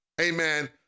Amen